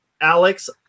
Alex